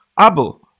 Abel